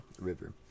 river